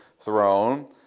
throne